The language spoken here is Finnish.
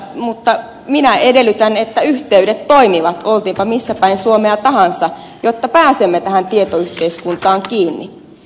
mutta minä edellytän että yhteydet toimivat oltiinpa missä päin suomea tahansa jotta pääsemme tähän tietoyhteiskuntaan kiinni